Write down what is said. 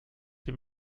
die